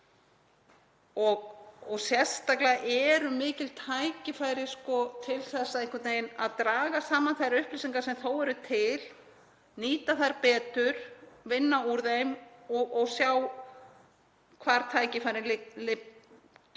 og sérstaklega eru mikil tækifæri til að draga saman þær upplýsingar sem þó eru til, nýta þær betur, vinna úr þeim og sjá hvar tækifærin liggja.